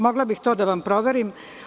Mogla bih to da vam proverim.